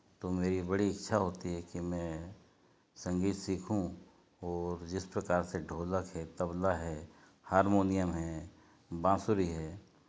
तो मेरी बड़ी इच्छा होती है कि मैं संगीत सीखूँ और जिस प्रकार से ढोलक है तबला है हारमोनियम है बांसुरी है